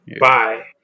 Bye